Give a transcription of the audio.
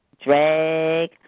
drag